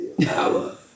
power